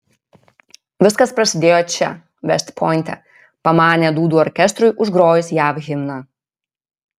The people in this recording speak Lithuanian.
viskas prasidėjo čia vest pointe pamanė dūdų orkestrui užgrojus jav himną